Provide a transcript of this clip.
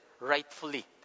rightfully